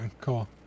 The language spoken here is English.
cool